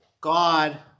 God